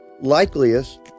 likeliest